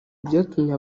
byatumye